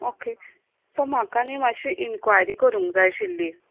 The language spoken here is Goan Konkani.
ओके सो म्हाका न्ही मात्शी इंनक्वायरी करूंक जाय आशिल्ली